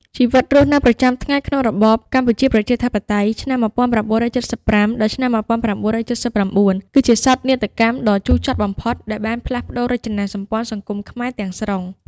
ជីវិតរស់នៅប្រចាំថ្ងៃក្នុងរបបកម្ពុជាប្រជាធិបតេយ្យ (ឆ្នាំ ១៩៧៥-១៩៧៩) គឺជាសោកនាដកម្មដ៏ជូរចត់បំផុតដែលបានផ្លាស់ប្តូររចនាសម្ព័ន្ធសង្គមខ្មែរទាំងស្រុង។